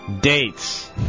Dates